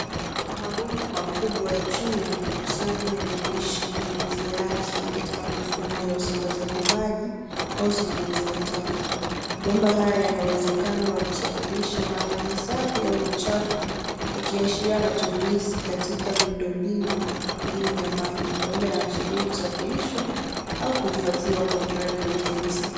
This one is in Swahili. Mabomba makubwa ya chuma wamekunywa yakionyesha matumizi yake katika mfumo wa usambazaji maji au usimamizi wa taka. Mabomba haya yana uwezekano wa kusafirisha maji safi au machafu yakiashiria matumizi katika miundo mbinu muhimu ya maji. Huenda yanasubiri kusafirishwa au kuhifadhiwa kwa miradi ya ujenzi.